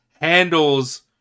handles